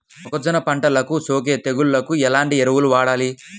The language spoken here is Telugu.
మొక్కజొన్న పంటలకు సోకే తెగుళ్లకు ఎలాంటి ఎరువులు వాడాలి?